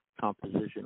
composition